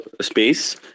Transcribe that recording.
space